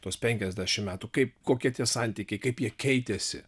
tuos penkiasdešimt metų kaip kokie tie santykiai kaip jie keitėsi